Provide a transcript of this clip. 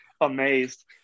amazed